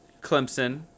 Clemson